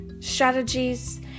strategies